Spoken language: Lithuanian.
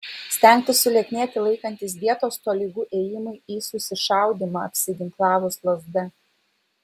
stengtis sulieknėti laikantis dietos tolygu ėjimui į susišaudymą apsiginklavus lazda